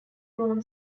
grown